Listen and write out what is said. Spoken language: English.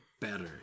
better